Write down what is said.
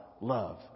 Love